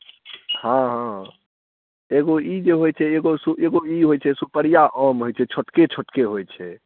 हँ हँ एगो ई जे होयत छै एगो सु एगो ई होयत छै सुपरिआ आम होयत छै छोटके छोटके होयत छै